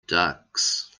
ducks